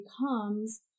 becomes